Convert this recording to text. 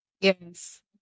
Yes